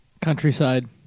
countryside